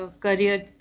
career